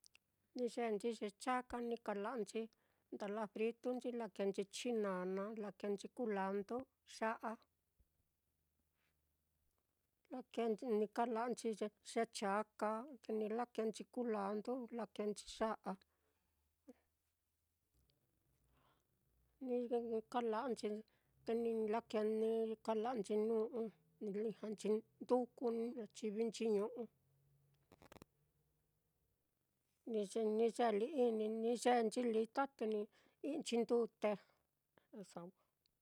Ni yeenchi ye chaka ni kala'anchi, ndala fritunchii, ni lakēēnchi chinana, ni lakēēnchi kulandu, ya'a, ni lakēēn ni kala'anchi ye-ye chaka, ni lakēēnchi kulandu, ni lakēēnchi ya'a, ni kala'anchi te ni lakēē kala'anchi ñu'u, ni la-ijñanchi nduku ni chivinchi ñu'u, ni ye-ni ye li i ni yeenchi lita te ni i'ínchi ndute.